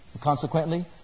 Consequently